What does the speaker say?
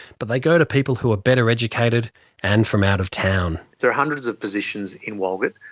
but they go to people who are better educated and from out of town. there are hundreds of positions in walgett.